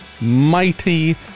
mighty